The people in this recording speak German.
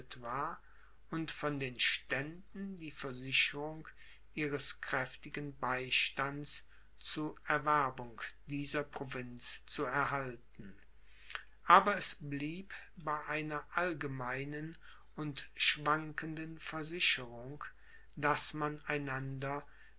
und von den ständen die versicherung ihres kräftigen beistands zu erwerbung dieser provinz zu erhalten aber es blieb bei einer allgemeinen und schwankenden versicherung daß man einander